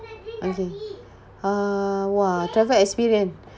okay uh !wah! travel experience